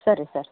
ಸರಿ ಸರ್